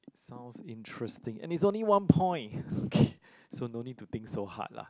sounds interesting and it's only one point okay so no need to think so hard lah